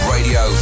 Radio